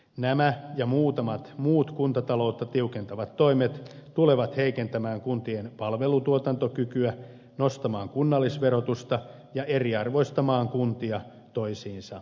nämä ja muutamat muut kuntata loutta tiukentavat toimet tulevat heikentämään kuntien palvelutuotantokykyä nostamaan kunnallisverotusta ja eriarvoistamaan kuntia toisiinsa nähden